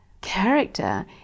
character